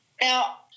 Now